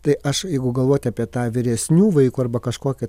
tai aš jeigu galvoti apie tą vyresnių vaikų arba kažkokią